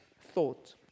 thought